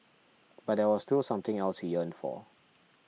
but there was still something else he yearned for